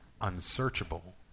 unsearchable